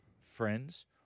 friends